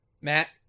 Matt